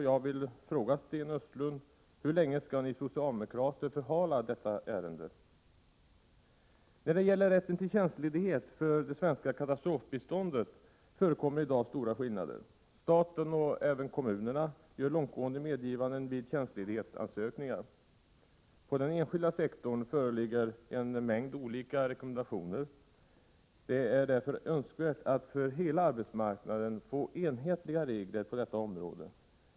Jag vill fråga Sten Östlund: Hur länge skall ni socialdemokrater förhala detta ärende? När det gäller rätten till tjänstledighet för det svenska katastrofbiståndet förekommer i dag stora skillnader. Staten och även kommunerna gör långtgående medgivanden vid tjänstledighetsansökningar. På den enskilda sektorn föreligger en mängd olika rekommendationer. Det är därför önskvärt att för hela arbetsmarknaden få enhetliga regler på detta område.